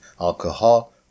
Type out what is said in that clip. Alcohol